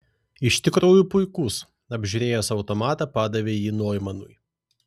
iš tikrųjų puikus apžiūrėjęs automatą padavė jį noimanui